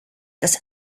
das